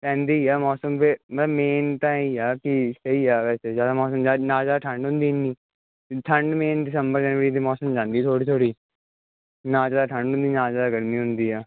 ਪੈਂਦੀ ਹੈ ਮੌਸਮ ਫਿਰ ਮੇਨ ਤਾਂ ਇਹੀ ਆ ਕੀ ਸਹੀ ਆ ਵੈਸੇ ਮੌਸਮ ਨਾ ਜ਼ਿਆਦਾ ਠੰਡ ਹੁੰਦੀ ਇੰਨੀ ਠੰਡ ਮੇਨ ਦਿਸੰਬਰ ਜਨਵਰੀ ਦੇ ਮੌਸਮ 'ਚ ਆਉਂਦੀ ਥੋੜ੍ਹੀ ਥੋੜ੍ਹੀ ਨਾ ਜ਼ਿਆਦਾ ਠੰਡ ਹੁੰਦੀ ਨਾ ਜ਼ਿਆਦਾ ਗਰਮੀ ਹੁੰਦੀ ਆ